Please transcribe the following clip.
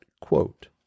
quote